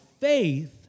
faith